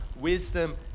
wisdom